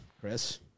Chris